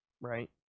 Right